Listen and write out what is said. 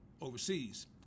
overseas